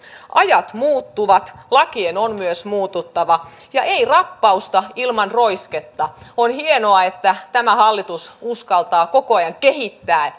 ajat muuttuvat lakien on myös muututtava eikä rappausta ilman roisketta on hienoa että tämä hallitus uskaltaa koko ajan kehittää